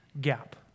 gap